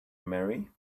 marry